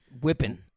Whipping